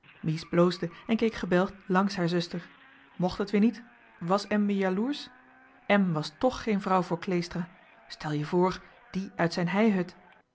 mies bloosde en keek gebelgd làngs haar zuster mocht het weer niet was em weer jaloersch em was tch geen vrouw voor kleestra stel je voor die uit zijn heihut